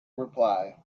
reply